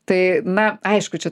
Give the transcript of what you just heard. tai na aišku čia